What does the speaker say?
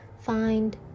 Find